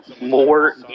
more